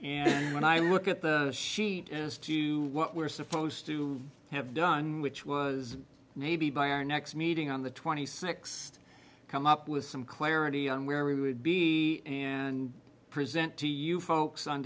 and when i look at the sheet as to what we're supposed to have done which was maybe by our next meeting on the twenty six come up with some clarity on where we would be and present to you folks on